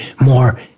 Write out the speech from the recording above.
More